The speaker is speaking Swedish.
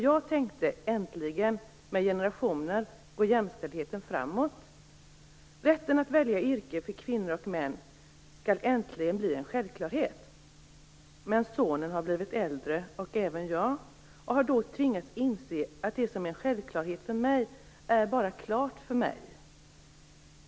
Jag tänkte: Äntligen går jämställdheten med generationer framåt. Rätten för män och kvinnor att välja yrke skall äntligen bli en självklarhet. Men sonen har blivit äldre, och även jag och har tvingats inse att det som är en självklarhet för mig bara är klart för mig.